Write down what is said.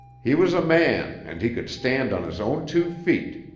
he was a man and he could stand on his own two feet.